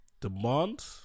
demand